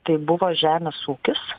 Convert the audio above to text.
tai buvo žemės ūkis